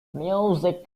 music